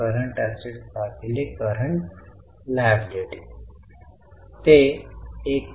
तर मी हे इथे डिबेंचर्स 17 वजा 3 14000 च्या अंक म्हणून लिहिले आहे समजले